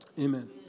amen